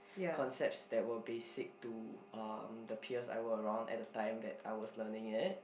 concepts that were basic to um the peers I were around at the time when I was learning it